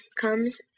comes